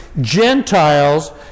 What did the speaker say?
Gentiles